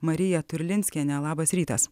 marija turlinskienė labas rytas